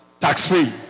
Tax-free